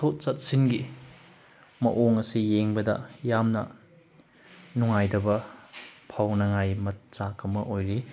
ꯆꯠꯊꯣꯛ ꯆꯠꯁꯤꯟꯒꯤ ꯃꯑꯣꯡ ꯑꯁꯤ ꯌꯦꯡꯕꯗ ꯌꯥꯝꯅ ꯅꯨꯡꯉꯥꯏꯇꯕ ꯐꯥꯎꯅꯤꯡꯉꯥꯏ ꯃꯆꯥꯛ ꯑꯃ ꯑꯣꯏꯔꯤ